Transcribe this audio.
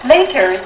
Later